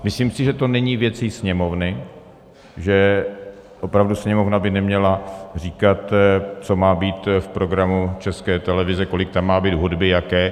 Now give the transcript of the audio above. Myslím si, že to není věcí Sněmovny, že opravdu Sněmovna by neměla říkat, co má být v programu České televize, kolik tam má být hudby, jaké.